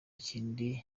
kindi